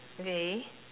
okay